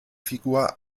figur